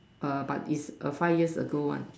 err but its a five years ago one